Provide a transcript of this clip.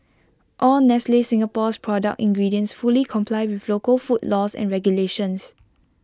all nestle Singapore's product ingredients fully comply with local food laws and regulations